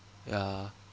ya